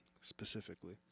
specifically